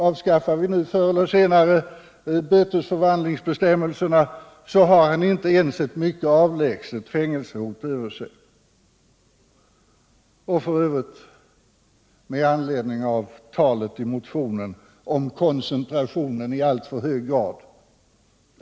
Avskaffar vi då förr eller senare bötesförvandlingsbestämmelserna, så har han ju inte ens ett mycket avlägset hot om fängelsestraff hängande över sig.